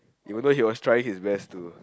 you would know he was trying his best to